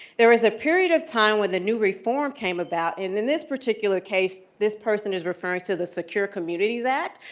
there was a period of time with when new reform came about and in this particular case, this person is referring to the secure communities act,